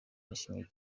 nishimye